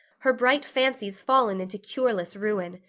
her bright fancies fallen into cureless ruin.